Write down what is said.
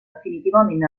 definitivament